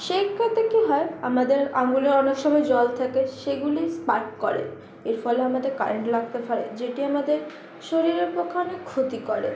সেই ক্ষেত্রে কি হয় আমাদের আঙুলে অনেক সময় জল থাকে সেগুলি স্পার্ক করে এর ফলে আমাদের কারেন্ট লাগতে পারে যেটি আমাদের শরীরের পক্ষে অনেক ক্ষতি করে